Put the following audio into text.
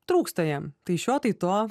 trūksta jam tai šio tai to